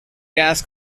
gas